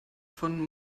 von